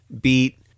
beat